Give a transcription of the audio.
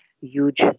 huge